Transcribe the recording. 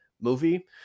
movie